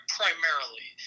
primarily